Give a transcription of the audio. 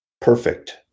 perfect